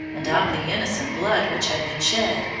and of the innocent blood which had been shed,